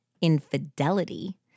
infidelity